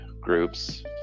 groups